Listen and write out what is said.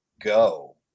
go